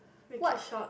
make it short